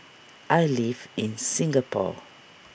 I live in Singapore